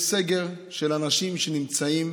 יש סגר שאנשים נמצאים